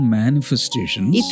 manifestations